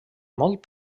molt